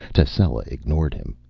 tascela ignored him.